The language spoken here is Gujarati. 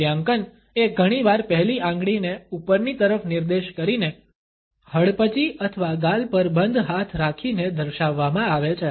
મૂલ્યાંકન એ ઘણી વાર પહેલી આંગળીને ઉપરની તરફ નિર્દેશ કરીને હડપચી અથવા ગાલ પર બંધ હાથ રાખીને દર્શાવવામાં આવે છે